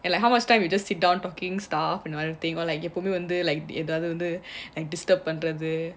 and like how much time you just sit down talking stuff and the other thing எப்பவுமேவந்து: eppavume vandhu like ஏதாவதுவந்து: athavadhuvandhu like disturb பண்ணறது: pannaradhu